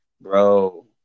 bro